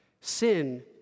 Sin